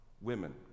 women